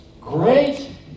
Great